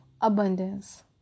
abundance